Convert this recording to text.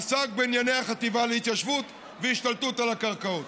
עסק בענייני החטיבה להתיישבות והשתלטות על הקרקעות.